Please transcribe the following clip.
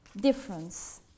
difference